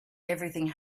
everything